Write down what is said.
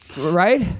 right